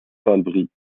salbris